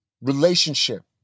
relationship